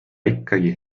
ikkagi